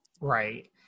Right